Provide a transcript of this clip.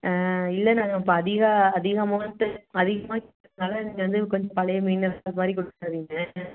இல்லை நாங்கள் இப்போ அதிக அதிக அமௌண்ட்டு அதிகமாக கேக்குறதுனால நீங்கள் வந்து கொஞ்சம் பழைய மீன் அந்த மாதிரி கொடுத்துறாதீங்க